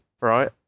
right